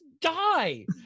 die